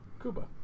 Cuba